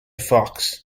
fox